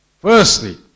Firstly